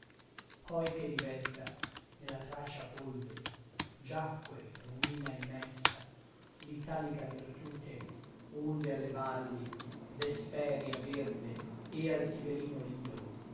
poi che divelta nella tracia polve giacque ruina immensa l'italica virtute onde alle valli d'esperia verde e al tiberino lido